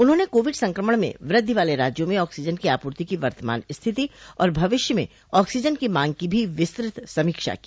उन्होंने कोविड संक्रमण में वृद्धि वाले राज्यों में ऑक्सीजन की आपूर्ति की वर्तमान स्थिति और भविष्य में ऑक्सीजन की मांग की भी विस्तृत समीक्षा की